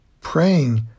praying